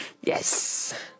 Yes